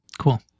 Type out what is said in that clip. Cool